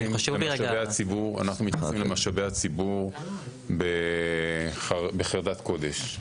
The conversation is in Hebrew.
אנחנו מתייחסים למשאבי הציבור בחרדת קודש.